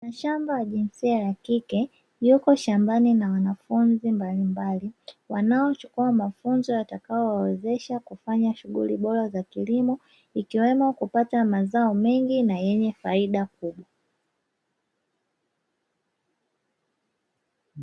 Bwana shamba wa jinsia ya kike yuko shambani na wanafunzi mbalimbali wanaochukua mafunzo yatakayowawezesha kufanya shughuli bora za kilimo ikiwemo kupata mazao mengi na yenye faida kubwa.